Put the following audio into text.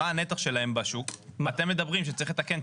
מה הנתח שלהם בשוק שאתם מדברים שצריך לתקן,